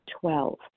Twelve